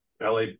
LA